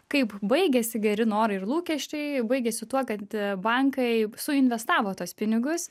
kaip baigėsi geri norai ir lūkesčiai baigėsi tuo kad bankai suinvestavo tuos pinigus